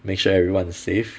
make sure everyone is safe